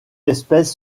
espèce